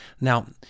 Now